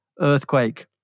earthquake